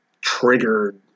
triggered